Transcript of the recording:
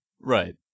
Right